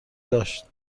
داشت